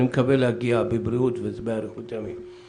אני מקווה להגיע בבריאות ובאריכות ימים.